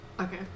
Okay